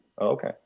Okay